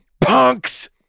punks